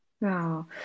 Wow